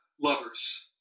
lovers